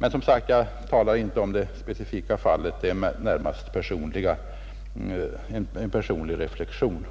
Men, som sagt, jag talar inte här om det speciella fallet — det är närmast en personlig reflexion.